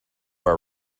are